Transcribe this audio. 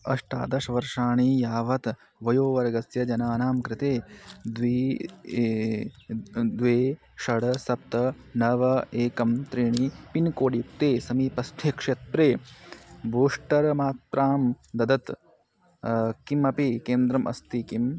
अष्टादशवर्षाणि यावत् वयोवर्गस्य जनानां कृते द्वे द्वे षड् सप्त नव एकं त्रीणि पिन्कोड् युक्ते समीपस्थे क्षेत्रे बूस्टर् मात्रां ददत् किमपि केन्द्रम् अस्ति किम्